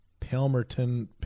Palmerton